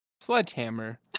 Sledgehammer